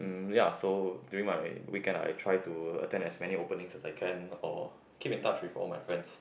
ya so during my weekend I try to attend as many openings as I can or keep in touch with all my friends